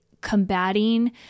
combating